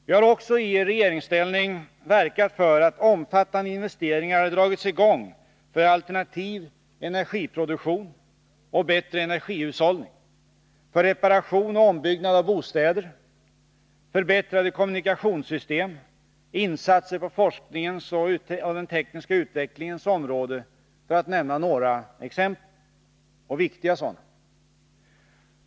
Vi har också i regeringsställning verkat för att omfattande investeringar har dragits i gång för alternativ energiproduktion och bättre energihushållning, för reparation och ombyggnad av bostäder, förbättrade kommunikationssystem, insatser på forskningens och den tekniska utvecklingens område, för att nämna några exempel — och viktiga sådana.